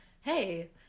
hey